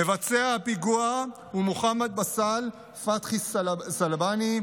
מבצע הפיגוע הוא מוחמד באסל פתחי זלבאני,